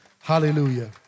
Hallelujah